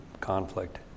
conflict